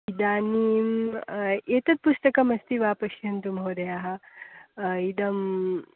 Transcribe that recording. इदानीम् एतत् पुस्तकमस्ति वा पश्यन्तु महोदयाः इदं